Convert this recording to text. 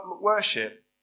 worship